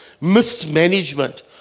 Mismanagement